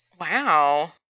wow